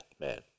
man